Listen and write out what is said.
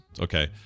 Okay